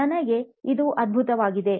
ನನಗೆ ಇದು ಅದ್ಭುತವಾಗಿದೆ